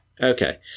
Okay